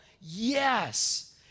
yes